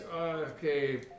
Okay